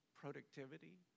productivity